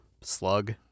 slug